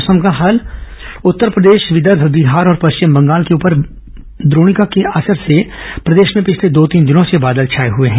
मौसम उत्तरप्रदेश विदर्भ बिहार और पश्चिम बंगाल के ऊपर द्रोणिका के असर से प्रदेश में पिछले दो तीन दिनों से बादल छाए हुए हैं